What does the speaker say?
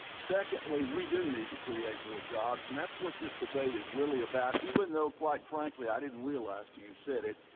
secondly, we do need to create more jobs. and that's what this debate is really about, even though, quite frankly, ididn't realize till you said it,